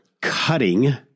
cutting